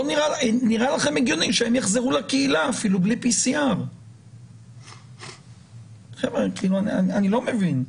נראה לכם הגיוני שהם יחזרו לקהילה אפילו בלי PCR. אני לא מבין.